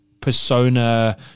persona